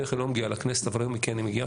בדרך כלל לא מגיעה לכנסת אבל היום היא כן הגיעה,